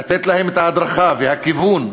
לתת להם את ההדרכה ואת הכיוון,